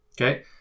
Okay